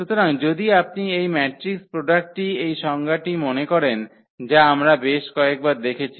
সুতরাং যদি আপনি এই ম্যাট্রিক্স প্রোডাক্টটির এই সংজ্ঞাটি মনে করেন যা আমরা বেশ কয়েকবার দেখেছি